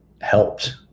helped